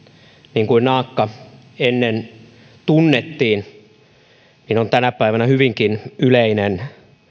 niin kuin naakka ennen tunnettiin on tänä päivänä hyvinkin yleinen